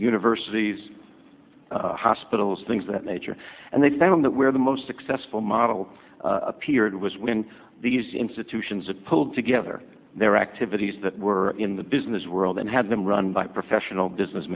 universities hospitals things that nature and they found on that where the most successful model appeared was when these institutions have pulled together their activities that were in the business world and had been run by professional business